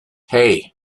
hey